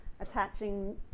attaching